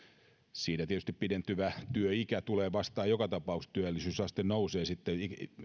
siinä tietysti pidentyvä työikä tulee vastaan joka tapauksessa työllisyysaste nousee sitten